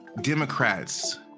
Democrats